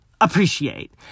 appreciate